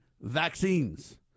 vaccines